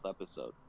episode